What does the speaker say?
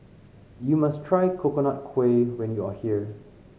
you must try Coconut Kuih when you are here